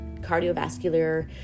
cardiovascular